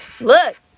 Look